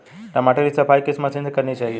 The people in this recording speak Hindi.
टमाटर की सफाई किस मशीन से करनी चाहिए?